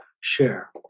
share